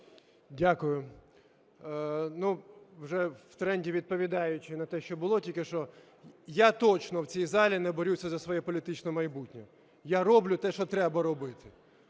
Дякую. Вже в тренді відповідаючи на те, що було тільки що. Я точно в цій залі не борюся за своє політичне майбутнє. Я роблю те, що треба робити.